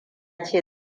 ce